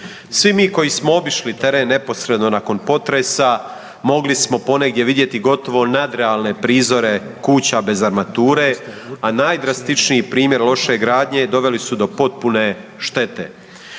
Svi mi koji smo obišli teren neposredno nakon potresa mogli smo ponegdje vidjeti gotovo nadrealne prizore kuća bez armature, a najdramatičniji primjer loše gradnje doveli su do potpune štete.